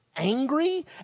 Angry